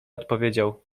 odpowiedział